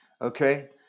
Okay